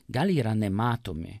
gal yra nematomi